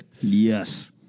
Yes